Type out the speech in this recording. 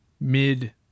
mid